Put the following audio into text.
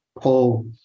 pull